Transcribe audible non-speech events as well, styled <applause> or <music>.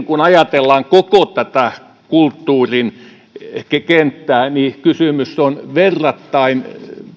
<unintelligible> kun ajatellaan koko tätä kulttuurin kenttää niin kysymys on verrattain